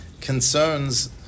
concerns